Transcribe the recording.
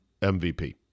MVP